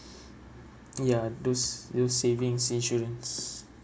ya those those savings insurance